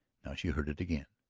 she heard it again,